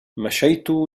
مشيت